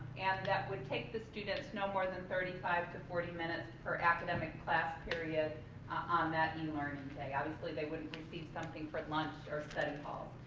and that would take the students no more than thirty five to forty minutes per academic class period on that e-learning day. obviously, they wouldn't receive something for lunch or study halls.